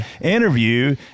interview